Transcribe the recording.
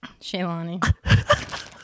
shaylani